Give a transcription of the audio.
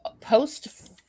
post